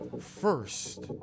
first